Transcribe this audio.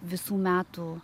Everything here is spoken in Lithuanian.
visų metų